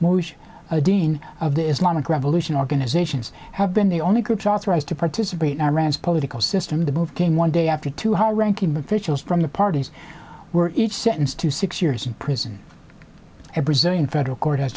motion dean of the islamic revolution organizations have been the only groups authorized to participate in iran's political system the move came one day after two whole ranking officials from the parties were each sentenced to six years in prison a brazilian federal court